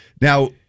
Now